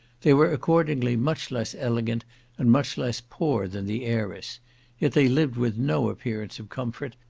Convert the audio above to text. they were, accordingly, much less elegant and much less poor than the heiress yet they lived with no appearance of comfort,